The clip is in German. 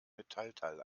metallteil